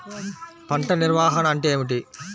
పంట నిర్వాహణ అంటే ఏమిటి?